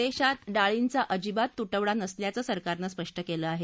देशात डाळींचा अजिबात तुटवडा नसल्याचं सरकारनं स्पष्ट केलं आहे